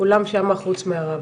כולם שמה חוץ מהרב,